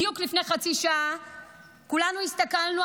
בדיוק לפני חצי שעה כולנו הסתכלנו,